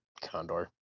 Condor